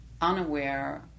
unaware